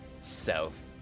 south